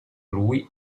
lui